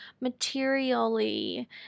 materially